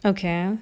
okay